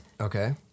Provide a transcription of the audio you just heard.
Okay